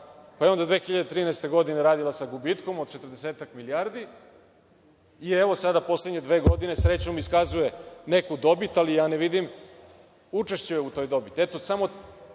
tako? Onda je 2013. godine radila sa gubitkom od četrdesetak milijardi i, evo, sada poslednje dve godine, srećom, iskazuje neku dobit, ali ja ne vidim učešće u toj dobiti.